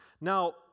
Now